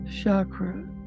chakra